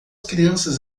crianças